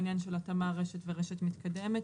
עניין ההתאמה של רשת ורשת מתקדמת.